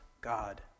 God